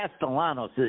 Castellanos